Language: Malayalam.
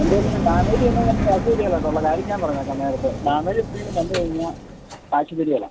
എന്തേലും ഡാമേജ് വന്നാൽ ഞാന് കാശ് തരികയില്ല കേട്ടോ ഉള്ള കാര്യം ഞാന് പറഞ്ഞേക്കാം നേരത്തെ ഡാമേജ് എന്തേലും വന്നു കഴിഞ്ഞാൽ കാശ് തരികയില്ല